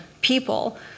people